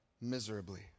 miserably